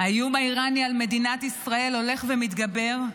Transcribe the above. האיום האיראני על מדינת ישראל הולך ומתגבר,